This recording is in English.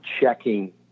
checking